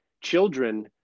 children